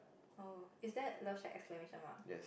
oh is there love shack exclamation mark